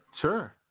sure